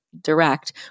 direct